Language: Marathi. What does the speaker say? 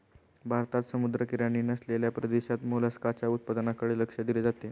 भारतात समुद्रकिनारी नसलेल्या प्रदेशात मोलस्काच्या उत्पादनाकडे लक्ष दिले जाते